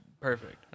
perfect